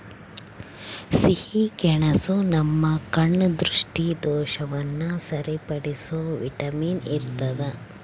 ಸಿಹಿಗೆಣಸು ನಮ್ಮ ಕಣ್ಣ ದೃಷ್ಟಿದೋಷವನ್ನು ಸರಿಪಡಿಸುವ ವಿಟಮಿನ್ ಇರ್ತಾದ